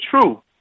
true